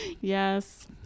Yes